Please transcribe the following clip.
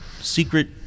secret